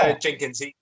Jenkins